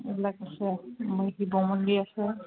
এইবিলাক আছে শিৱ মন্দিৰ আছে